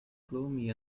gloomy